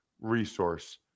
resource